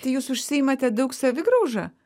tai jūs užsiimate daug savigrauža